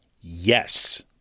yes